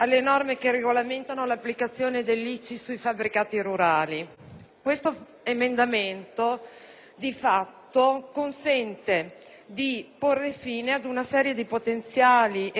Questo emendamento, di fatto, consente di porre fine a una serie di potenziali e reali contenziosi, che sono in atto e che continuano ad